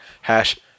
Hash